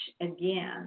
again